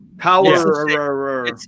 power